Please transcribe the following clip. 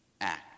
act